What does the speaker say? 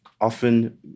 often